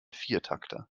viertakter